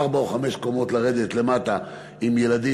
ארבע או חמש קומות לרדת למטה עם ילדים,